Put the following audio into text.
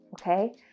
Okay